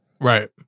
Right